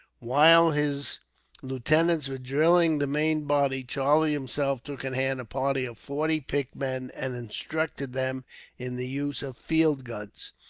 while his lieutenants were drilling the main body, charlie himself took in hand a party of forty picked men, and instructed them in the use of field guns.